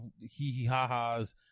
hee-hee-ha-has